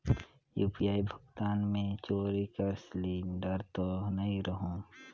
UPI भुगतान मे चोरी कर सिलिंडर तो नइ रहु?